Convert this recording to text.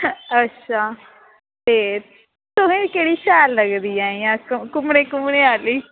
अच्छा ते तुसेंगी केह्ड़ी शैल लगदी इयां घूमने आह्ली